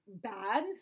bad